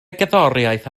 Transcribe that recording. gerddoriaeth